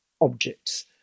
objects